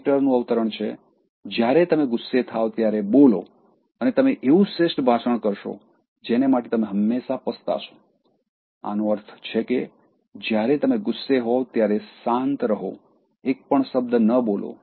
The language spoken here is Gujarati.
પીટર નું અવતરણ છે "જ્યારે તમે ગુસ્સે થાવ ત્યારે બોલો અને તમે એવું શ્રેષ્ઠ ભાષણ કરશો જેને માટે તમે હંમેશા પસ્તાશો" આનો અર્થ છે કે જ્યારે તમે ગુસ્સે હોવ ત્યારે શાંત રહો એક પણ શબ્દ ન બોલો